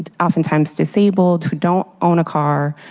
and oftentimes disabled, who don't own a car,